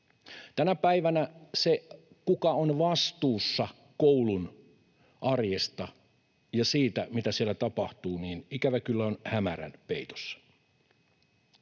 Tänä päivänä se, kuka on vastuussa koulun arjesta ja siitä, mitä siellä tapahtuu, on ikävä kyllä hämärän peitossa.